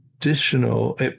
additional